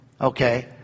Okay